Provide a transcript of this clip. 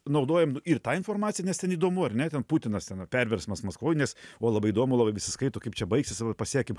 naudojam ir tą informaciją nes ten įdomu ar ne ten putinas ten ar perversmas maskvoj nes buvo labai įdomu labai visi skaito kaip čia baigsis pasekim